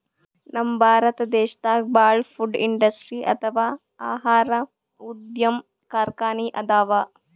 ನಮ್ ಭಾರತ್ ದೇಶದಾಗ ಭಾಳ್ ಫುಡ್ ಇಂಡಸ್ಟ್ರಿ ಅಥವಾ ಆಹಾರ ಉದ್ಯಮ್ ಕಾರ್ಖಾನಿ ಅದಾವ